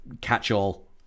catch-all